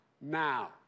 now